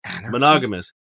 monogamous